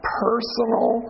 personal